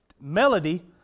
melody